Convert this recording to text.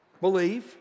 Believe